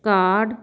card